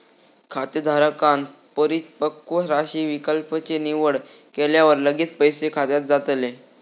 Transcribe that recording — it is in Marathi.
खातेधारकांन परिपक्व राशी विकल्प ची निवड केल्यावर लगेच पैसे खात्यात जातले